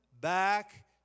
back